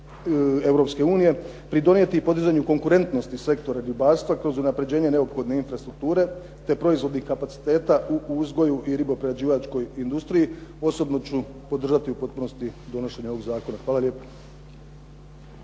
Europske unije, pridonijeti podizanju konkurentnosti sektora ribarstva kroz unapređenje neophodne strukture, te proizvodnih kapaciteta u uzgoju i ribo prerađivačkoj industriji, osobno ću podržati u potpunosti donošenje ovog zakona. Hvala vam lijepa.